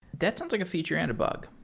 that sounds like a feature and a bug.